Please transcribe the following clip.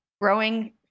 growing